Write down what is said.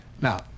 now